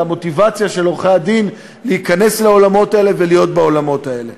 על המוטיבציה של עורכי-הדין להיכנס לעולמות האלה ולהיות בעולמות האלה.